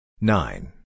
Nine